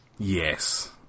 Yes